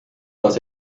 was